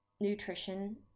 nutrition